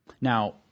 Now